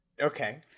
Okay